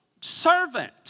servant